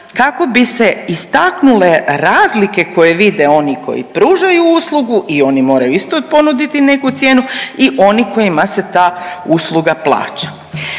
kako bi se istaknule razlike koje vide oni koji pružaju uslugu i oni moraju isto ponuditi neku cijenu i oni kojima se ta usluga plaća.